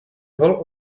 whole